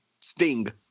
Sting